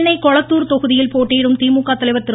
சென்னை கொளத்தூர் தொகுதியில் போட்டியிடும் திமுக தலைவர் திரு